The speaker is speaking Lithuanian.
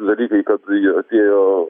dalykai kad jie atėjo